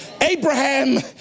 Abraham